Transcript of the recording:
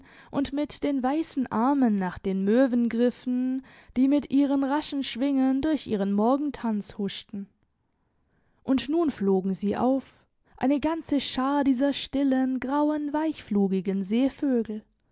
und mit den weissen armen nach den möwen griffen die mit ihren raschen schwingen durch ihren morgentanz huschten und nun flogen sie auf eine ganze schar dieser stillen grauen weichflugigen seevögel